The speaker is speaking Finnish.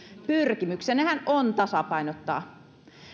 pyrkimyksenähän on tasapainottaa